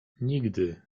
nigdy